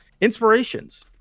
Inspirations